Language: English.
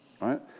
Right